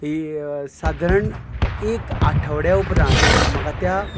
ही सादारण एक आठवड्या उपरांत म्हाका त्या